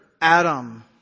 Adam